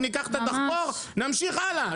ניקח את הדחפור ונמשיך הלאה,